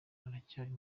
aracyari